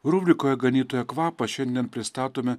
rubrikoje ganytojo kvapas šiandien pristatome